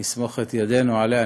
נסמוך את ידנו עליה.